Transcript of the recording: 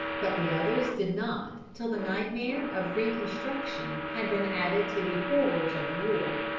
but the others did not till the nightmare of reconstruction had been added to the horrors of war.